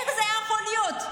איך זה יכול להיות?